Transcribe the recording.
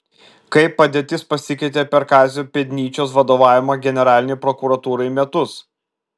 kaip padėtis pasikeitė per kazio pėdnyčios vadovavimo generalinei prokuratūrai metus